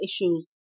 issues